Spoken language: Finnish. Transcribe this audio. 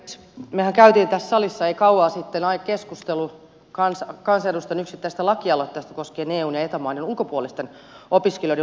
mehän kävimme tässä salissa ei kauan sitten keskustelu kansanedustajan yksittäisestä lakialoitteesta koskien eun ja eta maiden ulkopuolisten opiskelijoiden lukukausimaksuja